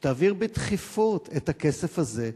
שתעביר בדחיפות את הכסף הזה.